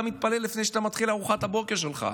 מתפלל לפני שאתה מתחיל את ארוחת הבוקר שלך,